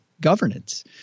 Governance